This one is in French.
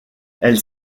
elle